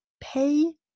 pay